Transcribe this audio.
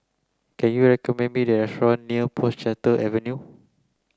can you recommend me a restaurant near Portchester Avenue